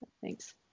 Thanks